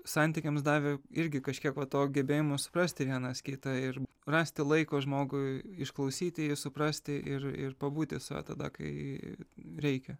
santykiams davė irgi kažkiek va to gebėjimo suprasti vienas kitą ir rasti laiko žmogui išklausyti jį suprasti ir ir pabūti su juo tada kai reikia